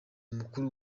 mukuru